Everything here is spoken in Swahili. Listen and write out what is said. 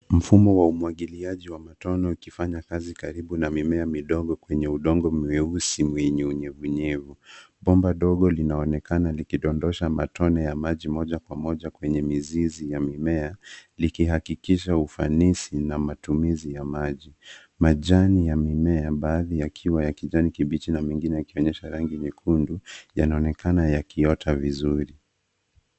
Mfumo wa umwagiliaji wa matone ukifanya kazi karibu na mimea midogo kwenye udongo mweusi mwenye unyevunyevu. Bomba dogo linaonekana likidondosha matone ya maji moja kwa moja kwenye mizizi ya mimea likihakikisha ufanisi na matumizi ya maji. Majani ya mimea baadhi yakiwa ya kijani kibichi na mengine yakionyesha rangi nyekundu yanaonekana yakiota vizuri.